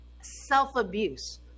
self-abuse